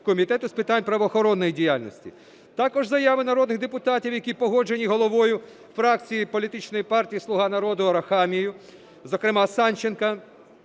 Комітету з питань правоохоронної діяльності. Також заяви народних депутатів, які погоджені головою фракції політичної партії "Слуга народу" Арахамією. Зокрема, Санченка